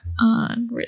on